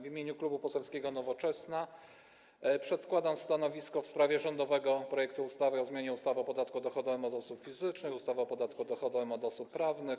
W imieniu Klubu Poselskiego Nowoczesna przedkładam stanowisko w sprawie rządowego projektu ustawy o zmianie ustawy o podatku dochodowym od osób fizycznych, ustawy o podatku dochodowym od osób prawnych,